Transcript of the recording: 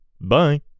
bye